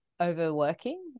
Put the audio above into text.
overworking